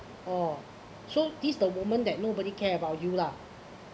oh so this the moment that nobody care about you lah